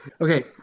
okay